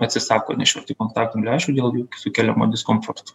atsisako nešioti kontaktinių lęšių dėl jų sukeliamo diskomforto